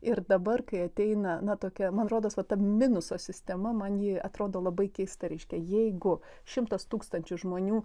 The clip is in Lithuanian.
ir dabar kai ateina na tokia man rodos va ta minuso sistema man ji atrodo labai keista reiškia jeigu šimtas tūkstančių žmonių